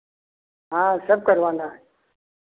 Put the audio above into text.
हाँ सब करवाना है